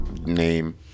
name